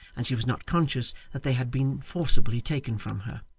and she was not conscious that they had been forcibly taken from her.